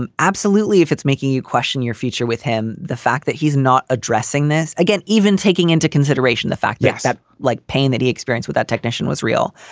and absolutely. if it's making you question your future with him. the fact that he's not addressing this again, even taking into consideration the fact yeah that like pain that he experience with that technician was real,